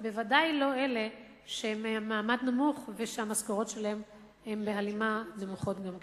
בוודאי לא אלה שהן ממעמד נמוך ושהמשכורות שלהן הן בהלימה נמוכות גם כן.